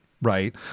Right